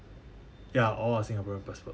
ya all are singaporean passport